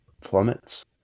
plummets